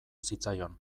zitzaion